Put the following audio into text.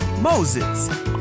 Moses